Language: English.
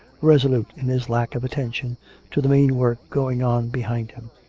resolute in his lack of attention to the mean work going on behind him.